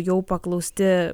jau paklausti